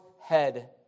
head